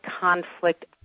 conflict